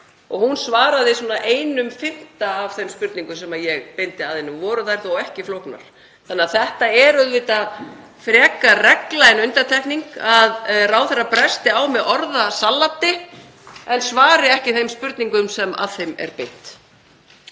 Hún svaraði svona einum fimmta af þeim spurningum sem ég beindi til hennar og voru þær þó ekki flóknar. Þannig að það er frekar regla en undantekning að ráðherrar bresti á með orðasalati en svari ekki þeim spurningum sem að þeim er beint.